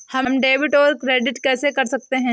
हम डेबिटऔर क्रेडिट कैसे कर सकते हैं?